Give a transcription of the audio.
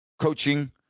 coaching